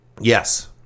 Yes